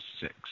six